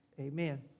Amen